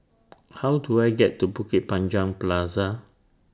How Do I get to Bukit Panjang Plaza